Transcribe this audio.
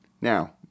Now